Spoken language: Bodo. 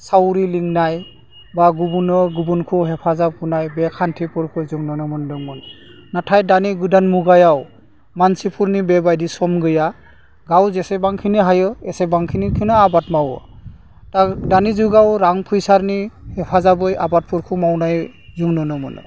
सावरि लिंनाय बा गुबुन्नो गुबुनखौ हेफाजाब होनाय बे खान्थिफोरखौ जों नुनो मोन्दोंमोन नाथाय दानि गोदान मुगायाव मानसिफोरनि बेबायदि सम गैया गाव जेसेबांखिनि हायो एसेबांखिनिखौनो आबाद मावो दा दानि जुगाव रां फैसानि हेफाजाबै आबादफोरखौ मावनाय जों नुनो मोनो